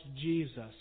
Jesus